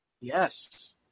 Yes